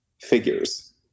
figures